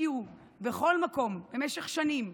הצהירו בכל מקום במשך שנים,